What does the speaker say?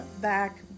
back